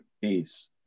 peace